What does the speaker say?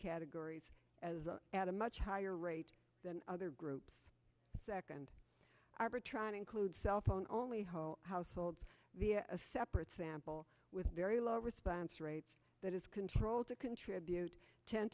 categories as at a much higher rate than other groups second arbitron include cell phone only whole household via a separate sample with very low response rates that is controlled to contribute ten